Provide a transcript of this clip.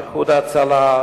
"איחוד הצלה",